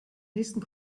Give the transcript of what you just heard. nächsten